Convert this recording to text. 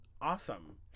awesome